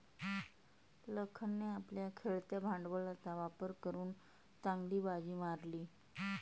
लखनने आपल्या खेळत्या भांडवलाचा वापर करून चांगली बाजी मारली